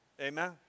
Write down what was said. Amen